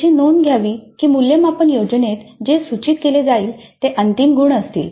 याची नोंद घ्यावे की मूल्यमापन योजनेत जे सूचित केले जाईल ते अंतिम गुण असतील